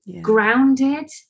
grounded